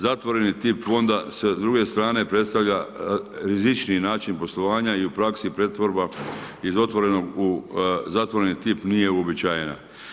Zatvoreni tip Fonda s druge strane predstavlja rizičniji način poslovanja i u praksi pretvorba iz otvorenog u zatvoreni tip nije uobičajena.